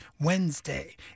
Wednesday